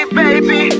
baby